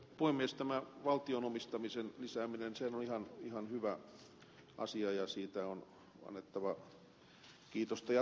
tämä valtion omistamisen lisääminenhän on ihan hyvä asia ja siitä on annettava kiitosta ja tunnustusta